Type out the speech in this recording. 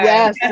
Yes